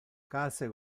case